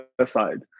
aside